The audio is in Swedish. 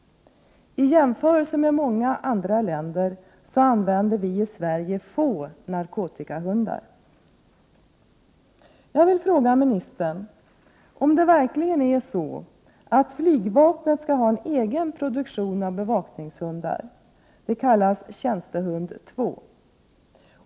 I jämförelse med många andra länder använder vi i Sverige få narkotikahundar. Jag vill fråga ministern om flygvapnet verkligen skall ha en egen produktion av bevakningshundar. Det kallas tjänstehund 2.